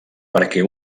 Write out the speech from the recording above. perquè